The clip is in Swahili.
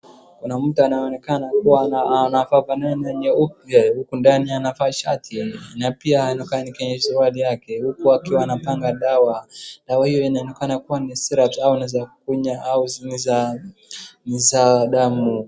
Kuna mtu anaonekana kuwa anavaa baneni nyeupe huku ndani anavaa shati na pia inaonekana ni kenye ni suruali yake. Huku akiwa anapanga dawa, dawa hiyo inaonekana kuwa ni syrups au unaweza kunywa au ni za damu.